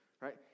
right